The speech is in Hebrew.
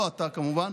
לא אתה כמובן,